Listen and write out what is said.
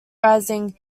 rising